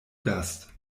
gast